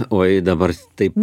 o jei dabar taip